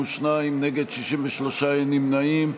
אין נמנעים.